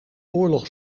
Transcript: oorlog